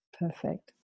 Perfect